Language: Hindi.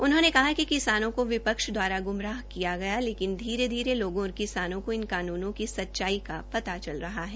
उन्होंने कहा कि किसानों का विपक्ष द्वारा ग्मराह किया गया लेकिन धीरे धीरे लोगों और किसानों का इन कानूनों की सच्चाई का पता चल रहा है